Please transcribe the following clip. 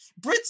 Brits